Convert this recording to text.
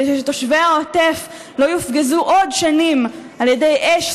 כדי שתושבי העוטף לא יופגזו עוד שנים על ידי אש,